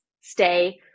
stay